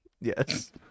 yes